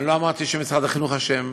אני לא אמרתי שמשרד החינוך אשם,